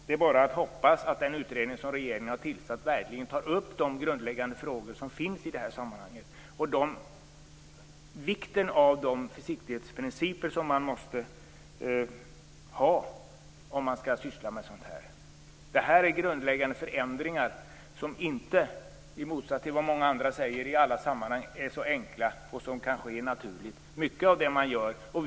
Det är bara att hoppas att den utredning som regeringen har tillsatt verkligen tar upp de grundläggande frågor som finns i detta sammanhang och vikten av de försiktighetsprinciper som man måste ha om man skall syssla med sådant. Det är grundläggande förändringar som inte, i motsats till vad många andra säger i andra sammanhang, är så enkla och som kanske är naturligt.